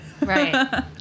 Right